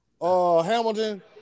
Hamilton